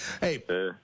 hey